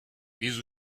биз